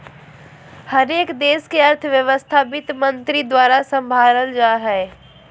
हरेक देश के अर्थव्यवस्था वित्तमन्त्री द्वारा सम्भालल जा हय